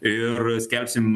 ir skelbsim